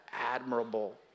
admirable